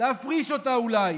להפריש אותה, אולי.